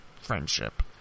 friendship